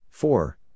Four